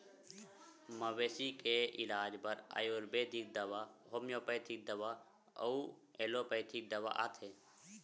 मवेशी के इलाज बर आयुरबेदिक दवा, होम्योपैथिक दवा अउ एलोपैथिक दवा आथे